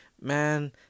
Man